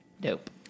dope